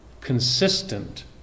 consistent